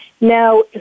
Now